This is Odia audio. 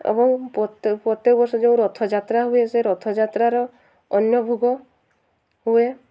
ଏବଂ ପ୍ରତ୍ୟକ ବର୍ଷ ଯୋଉ ରଥଯାତ୍ରା ହୁଏ ସେ ରଥଯାତ୍ରାର ଅର୍ଣ୍ଣ ଭୋଗ ହୁଏ